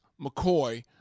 McCoy